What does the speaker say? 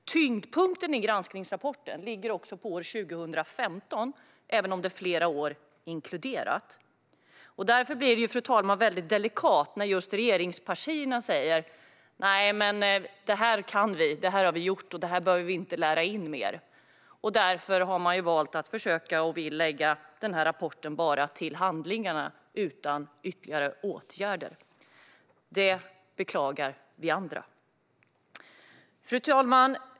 Tyngdpunkten i granskningsrapporten ligger på år 2015, även om fler år är inkluderade. Därför blir det delikat när just regeringspartierna säger: Nej, detta kan vi, detta har vi gjort, och detta behöver vi inte lära in mer. Därför har man valt att bara försöka lägga rapporten till handlingarna utan ytterligare åtgärder. Detta beklagar vi andra. Fru talman!